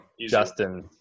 Justin